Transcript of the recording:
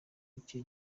icyo